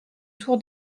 tour